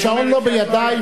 השעון לא בידי,